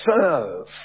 serve